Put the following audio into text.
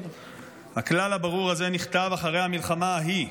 הכלל הברור הזה נכתב אחרי המלחמה ההיא,